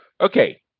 Okay